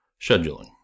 Scheduling